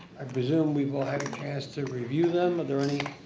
i presume we've all had the chance to review them. are there any